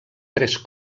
tres